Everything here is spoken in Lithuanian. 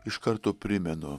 iš karto primenu